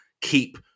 keep